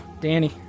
Danny